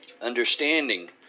Understanding